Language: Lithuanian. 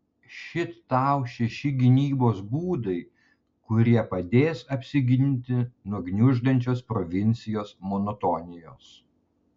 šit tau šeši gynybos būdai kurie padės apsiginti nuo gniuždančios provincijos monotonijos